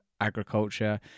agriculture